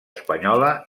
espanyola